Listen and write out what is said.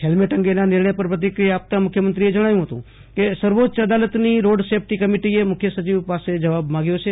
helmet અંગેના નિર્ણય પર પ્રતિક્રિયા આપતામુખ્યમંત્રીએ જણાવ્યું હતું કે સુપ્રિમ કોર્ટની રોડ સેફ્ટી કમિટી મુખ્યસચિવ પાસે જવાબ માંગ્યો હતો